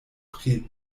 pri